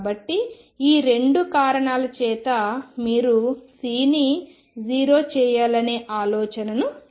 కాబట్టి ఈ రెండూ కారణాల చేత మీరు C ని 0 చేయాలనే ఆలోచనను ఇస్తాయి